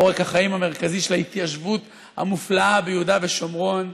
עורק החיים המרכזי של ההתיישבות המופלאה ביהודה ושומרון.